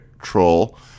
troll